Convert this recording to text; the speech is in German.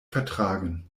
vertragen